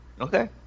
Okay